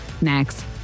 next